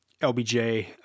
LBJ